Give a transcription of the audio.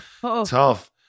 Tough